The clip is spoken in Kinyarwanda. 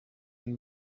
ari